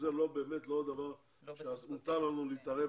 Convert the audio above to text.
שזה באמת לא הדבר שמותר לנו להתערב,